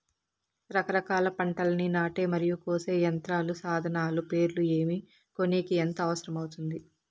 రకరకాల పంటలని నాటే మరియు కోసే యంత్రాలు, సాధనాలు పేర్లు ఏమి, కొనేకి ఎంత అవసరం అవుతుంది?